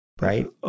right